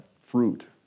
fruit